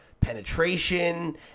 penetration